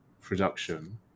production